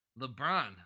LeBron